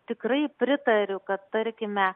tikrai pritariu kad tarkime